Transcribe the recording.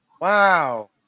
wow